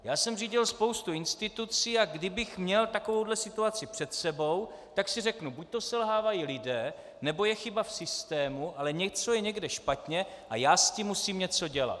Já jsem řídil spoustu institucí, a kdybych měl takovouhle situaci před sebou, tak si řeknu: buďto selhávají lidé, nebo je chyba v systému, ale něco je někde špatně a já s tím musím něco dělat.